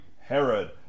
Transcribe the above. Herod